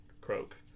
croak